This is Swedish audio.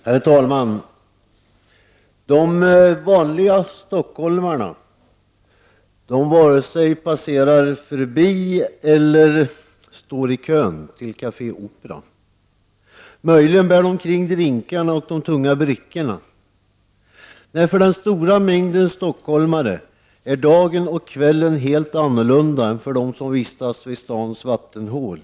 Herr talman! De vanliga stockholmarna varken passerar förbi eller står i kön till Café Opera. De bär möjligen omkring drinkarna och de tunga brickorna. Nej, för den stora mängden stockholmare ser dagen och kvällen helt annorlunda ut än för dem som vistas vid stans vattenhål.